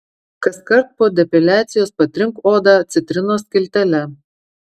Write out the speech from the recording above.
kaskart po depiliacijos patrink odą citrinos skiltele